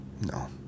No